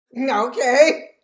Okay